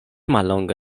mallonga